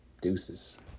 Deuces